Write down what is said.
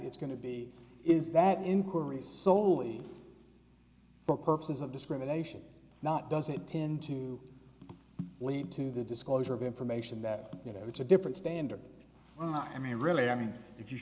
it's going to be is that inquiries soley for purposes of discrimination not does it tend to lead to the disclosure of information that you know it's a different standard i mean really i mean if you